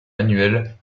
annuelles